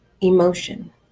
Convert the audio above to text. emotion